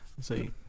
See